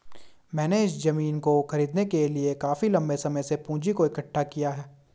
मैंने इस जमीन को खरीदने के लिए काफी लंबे समय से पूंजी को इकठ्ठा किया है